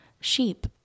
sheep